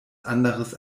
anderes